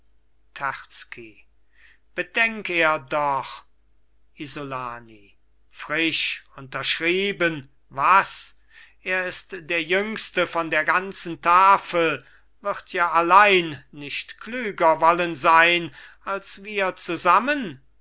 bedenk er doch isolani frisch unterschrieben was er ist der jüngste von der ganzen tafel wird ja allein nicht klüger wollen sein als wir zusammen